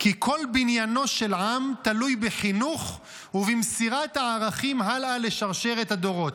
כי כל בניינו של עם תלוי בחינוך ובמסירת הערכים הלאה לשרשרת הדורות.